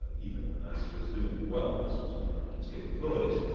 even when nasa was doing well, this was beyond its capabilities.